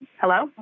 Hello